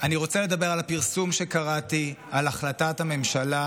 אני רוצה לדבר על הפרסום שקראתי על החלטת הממשלה